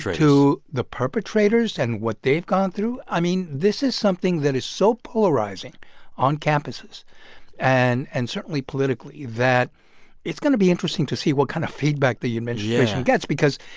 to the perpetrators and what they've gone through. i mean, this is something that is so polarizing on campuses and and certainly politically that it's going to be interesting to see what kind of feedback the. yeah. administration gets because,